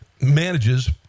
manages